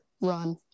run